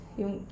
yung